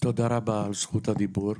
תודה רבה על זכות הדיבור.